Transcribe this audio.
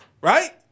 Right